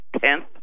tenth